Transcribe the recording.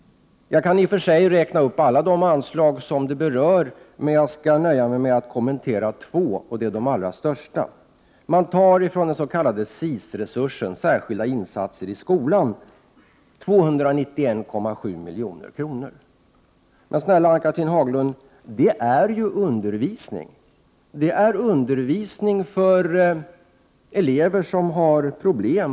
Jag kan i och för sig räkna upp alla de anslag som detta berör. Jag skall emellertid nöja mig med att kommentera två — de allra största. Man tar ifrån den s.k. SIS-resursen, särskilda insatser i skolan, 291,7 milj.kr. Det handlar dock, Ann-Cathrine Haglund, om undervisning för elever som har problem.